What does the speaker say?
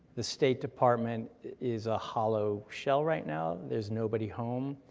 the state department is a hollow shell right now, there's nobody home,